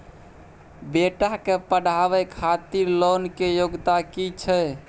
बेटा के पढाबै खातिर लोन के योग्यता कि छै